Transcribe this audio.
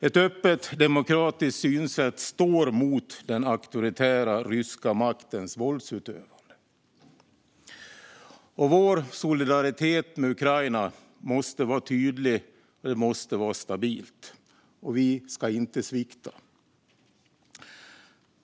Ett öppet, demokratiskt synsätt står mot den auktoritära ryska maktens våldsutövning. Vår solidaritet med Ukraina måste vara tydlig, och den måste vara stabil. Vi ska inte svikta.